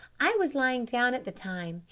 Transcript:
i was lying down at the time,